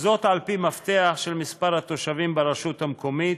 וזאת על-פי מפתח של מספר התושבים ברשות המקומית: